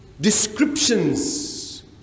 descriptions